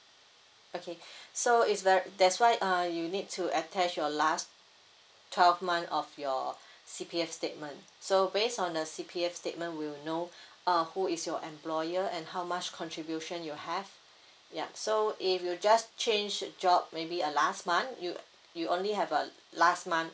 okay so it's ver~ that's why uh you need to attach your last twelve month of your C_P_F statement so based on the C_P_F statement we will know uh who is your employer and how much contribution you have ya so if you just change job maybe uh last month you you only have uh last month